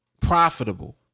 profitable